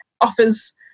offers